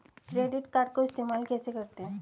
Credit card को इस्तेमाल कैसे करते हैं?